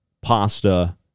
pasta